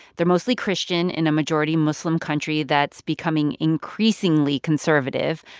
they're mostly christian in a majority-muslim country that's becoming increasingly conservative.